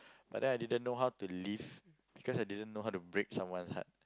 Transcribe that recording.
but then I didn't know how to leave because I didn't know how to break someone's heart